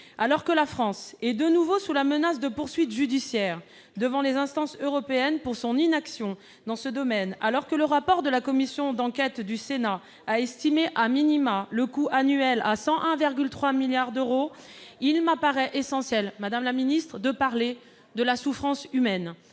Alors que la France est de nouveau sous la menace de poursuites judiciaires devant les instances européennes pour son inaction dans ce domaine, alors que le rapport de la commission d'enquête du Sénat a estimé,, le coût annuel de la pollution de l'air à 101,3 milliards d'euros, il m'apparaît essentiel d'évoquer la souffrance humaine,